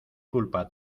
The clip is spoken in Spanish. culpa